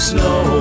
Snow